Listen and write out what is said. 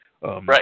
right